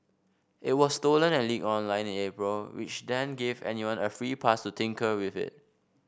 it was stolen and leaked online in April which then gave anyone a free pass to tinker with it